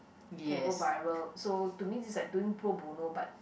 can go viral so to me is like doing pro bono but